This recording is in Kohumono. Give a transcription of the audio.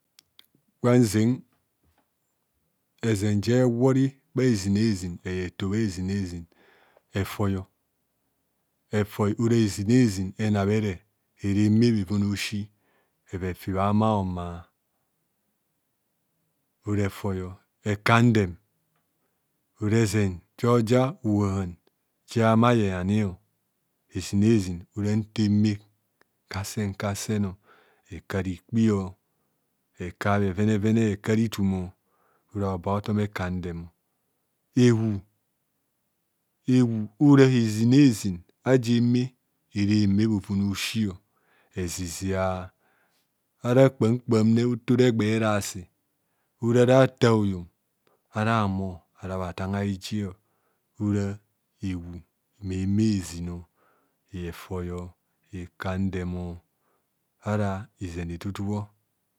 Gwanzeng ezen je worri bhaz azin eyeng eto bhazina hezi efoi efoi ora hesinaezin enahibenee era eme bheven a osi efi bha ame oma ora efoi o ekandem ora eze ja oja ohanan je ame ayeng ani o ora ezinaze aje eme kasen kazen ekar ikpa o ekar bhenene vene ekaor ithum ora obo athom ekandem o ehubehub ora hezinazin aje eme ere eme bhoven ezezia ara kpa kpam nre nto ora egbee erasu ora re a bhatha oyom ara bhathangai ji ora ebub ma eme ezin efoi ekandem ara izen idudu bho